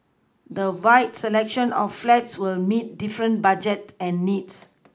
the wide selection of flats will meet different budget and needs